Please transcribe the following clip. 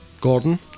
Gordon